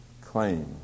claim